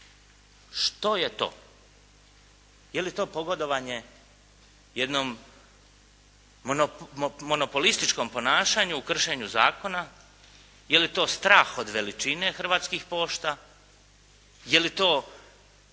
Što je to? Je li to pogodovanje jednom monopolističkom ponašanju u kršenju zakona, je li to strah od veličine hrvatskih pošta, je li to